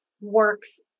works